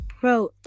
Bro